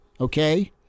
okay